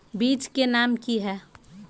बीज के नाम की है?